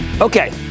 Okay